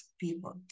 people